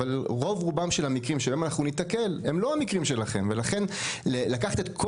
אבל רוב רובם של המקרים בהם ניתקל הם לא המקרים שלכם ולכן לקחת את כל